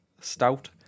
stout